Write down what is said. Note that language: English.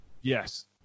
Yes